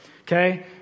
Okay